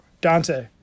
Dante